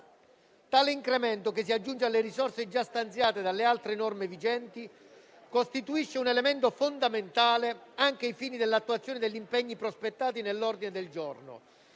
Tale incremento, che si aggiunge alle risorse già stanziate dalle altre norme vigenti, costituisce un elemento fondamentale anche ai fini dell'attuazione degli impegni prospettati nell'ordine del giorno